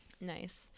Nice